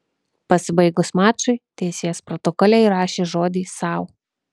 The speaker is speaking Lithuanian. pasibaigus mačui teisėjas protokole įrašė žodį sau